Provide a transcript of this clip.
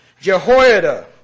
Jehoiada